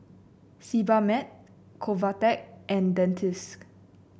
Sebamed Convatec and Dentiste